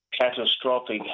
catastrophic